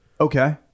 Okay